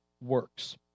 works